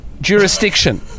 jurisdiction